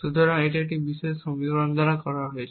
সুতরাং এটি এই বিশেষ সমীকরণ দ্বারা দেওয়া হয়েছে